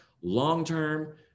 long-term